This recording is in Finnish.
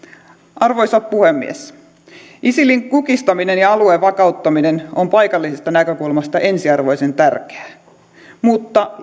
arvoisa puhemies isilin kukistaminen ja alueen vakauttaminen on paikallisesta näkökulmasta ensiarvoisen tärkeää mutta